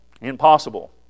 Impossible